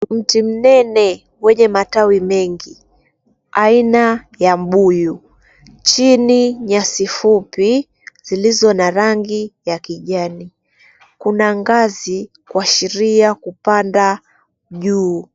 Mti mnene wenye matawi mengi aina ya mbuyu. Chini nyasi fupi zilizo na rangi ya kijani. Kuna ngazi kuashiria kupanda juu.